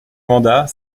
vendat